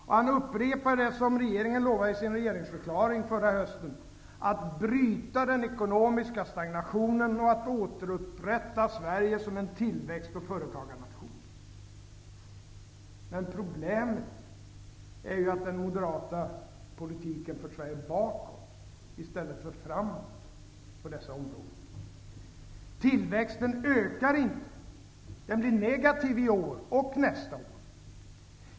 Och han upprepade det som regeringen lovade i sin regeringsförklaring förra hösten: ''att avbryta den ekonomiska stagnationen och att återupprätta Sverige som en tillväxt och företagarnation -- Men problemet är ju att den moderata politiken fört Sverige bakåt i stället för framåt på dessa områden. -- Tillväxten ökar inte, den blir negativ i år och nästa år.